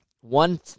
One